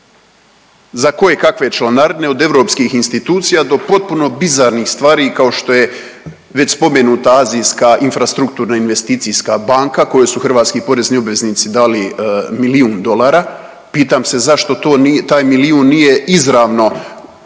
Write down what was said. za koje kakve članarine od europskih institucija do potpuno bizarnih stvari kao što je već spomenut azijska infrastrukturna investicijska banka kojoj su hrvatski porezni obveznici dali milijun dolara. Pitam se zašto to, taj milijun nije izravno utrošen